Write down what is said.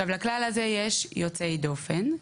לכלל הזה יש יוצאי דופן,